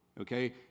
Okay